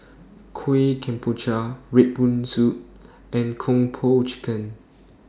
Kueh Kemboja Red Bean Soup and Kung Po Chicken